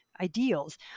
ideals